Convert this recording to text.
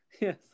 Yes